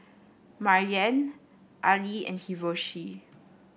Maryanne Ali and Hiroshi